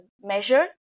measure